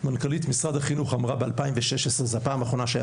מנכ"לית משרד החינוך אמרה ב-2016 זאת הפעם האחרונה שהיה